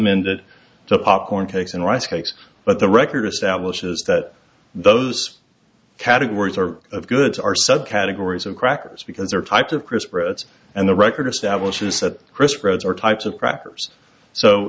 amended to popcorn cakes and rice cakes but the record establishes that those categories are of goods are subcategories of crackers because there are types of chris breads and the record established who said crisp roads are types of crackers so